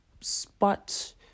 spot